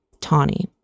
Tawny